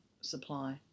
supply